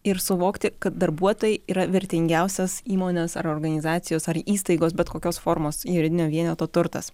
ir suvokti kad darbuotojai yra vertingiausias įmones ar organizacijos ar įstaigos bet kokios formos juridinio vieneto turtas